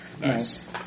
Nice